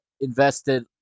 invested